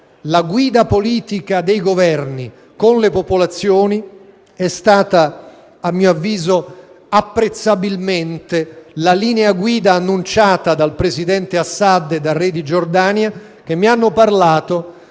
la guida politica dei Governi con le popolazioni è stata, a mio avviso apprezzabilmente, la linea guida annunciata dal presidente Assad e dal re di Giordania, che mi hanno parlato